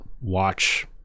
watch